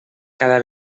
cada